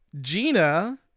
gina